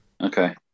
Okay